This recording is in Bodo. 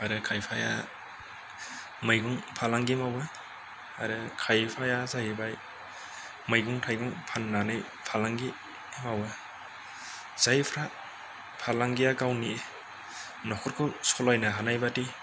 आरो खायफाया मैगं फालांगि मावो आरो खायफाया जाहैबाय मैगं थायगं फाननानै फालांगि मावो जायफ्रा फालांगिआ गावनि न'खरखौ सालायनो हानाय बायदि